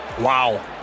Wow